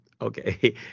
Okay